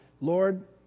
Lord